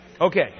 Okay